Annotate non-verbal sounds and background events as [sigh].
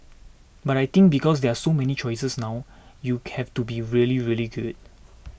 but I think because there are so many choices now you [unintelligible] have to be really really good